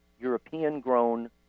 European-grown